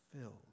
filled